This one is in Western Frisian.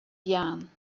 jaan